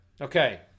Okay